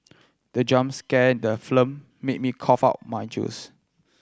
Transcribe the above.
the jump scare in the film made me cough out my juice